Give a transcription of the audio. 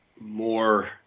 more